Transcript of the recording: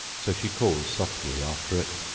so she called softly after it,